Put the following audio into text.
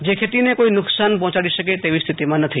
જ ખેતાને કોઈ નુકશાન પહાંચાડી શકે તેવી સ્થિતિમાં નથી